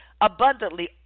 abundantly